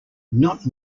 not